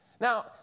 Now